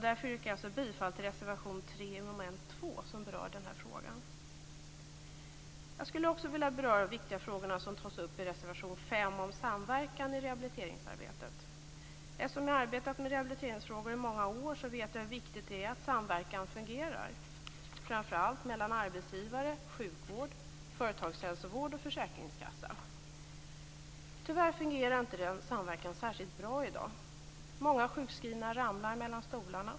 Därför yrkar jag bifall till reservation 3 i mom. 2, som berör den här frågan. Jag skulle också vilja beröra de viktiga frågor som tas upp i reservation 5 om samverkan i rehabiliteringsarbetet. Eftersom jag arbetat med rehabiliteringsfrågor i många år vet jag hur viktigt det är att samverkan fungerar, framför allt mellan arbetsgivare, sjukvård, företagshälsovård och försäkringskassa. Tyvärr fungerar denna samverkan inte särskilt bra i dag. Många sjukskrivna ramlar mellan stolarna.